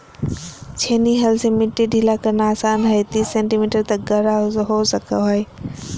छेनी हल से मिट्टी ढीला करना आसान हइ तीस सेंटीमीटर तक गहरा हो सको हइ